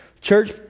Church